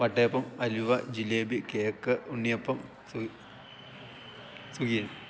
വട്ടയപ്പം അലുവ ജിലേബി കേക്ക് ഉണ്ണിയപ്പം സുഗിയന്